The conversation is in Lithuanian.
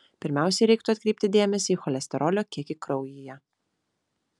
pirmiausiai reikėtų atkreipti dėmesį į cholesterolio kiekį kraujyje